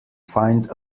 find